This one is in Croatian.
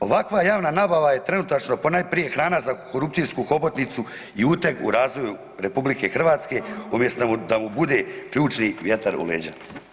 Ovakva javna nabava je trenutačno ponajprije hrana za korupcijsku hobotnicu i uteg u razvoju RH umjesto da mu bude ključni vjetar u leđa.